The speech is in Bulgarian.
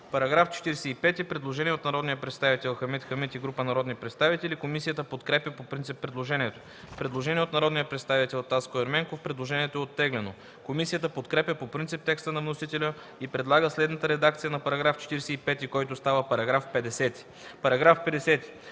По § 45 има предложение от народния представител Хамид Хамид и група народни представители. Комисията подкрепя по принцип предложението. Предложение от народния представител Таско Ерменков. Предложението е оттеглено. Комисията подкрепя по принцип текста на вносителя и предлага следната редакция на § 45, който става § 50: „§ 50.